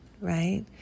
right